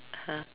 (uh huh)